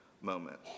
moment